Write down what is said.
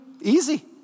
easy